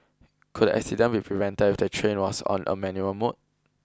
could the accident be prevented if the train was on a manual mode